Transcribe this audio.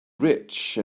rich